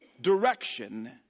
direction